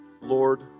Lord